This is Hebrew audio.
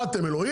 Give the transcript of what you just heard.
מה, אתם אלוהים?